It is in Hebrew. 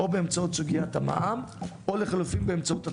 או בסוגיית המע"מ או לחילופין באמצעות התקנות,